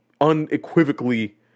unequivocally